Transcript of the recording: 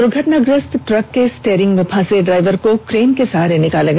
दूर्घटनाग्रस्त truck के steering में फंसे हुए ड्राइवर को क्रेन के सहारे निकाला गया